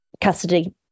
Custody